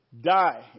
die